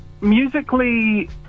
musically